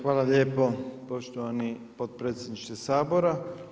Hvala lijepo poštovani potpredsjedniče Sabora.